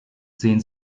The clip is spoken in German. sehen